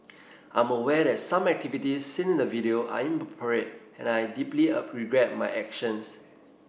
I'm aware that some activities seen in the video are inappropriate and I deeply regret my actions